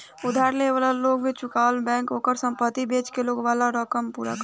उधार लेवे वाला के लोन ना चुकवला पर बैंक ओकर संपत्ति बेच के लोन वाला रकम पूरा करेला